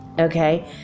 Okay